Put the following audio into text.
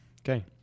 Okay